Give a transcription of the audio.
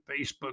Facebook